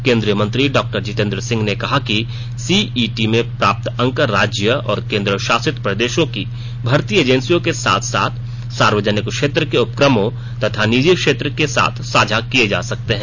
केंद्रीय मंत्री डॉक्टर जितेन्द्र सिंह ने कहा कि सीईटी में प्राप्त अंक राज्य और केंद्र शासित प्रदेशों की भर्ती एजेंसियों के साथ साथ सार्वजनिक क्षेत्र के उपक्रमों तथा निजी क्षेत्र के साथ साझा किये जा सकते हैं